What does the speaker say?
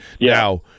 now